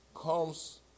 comes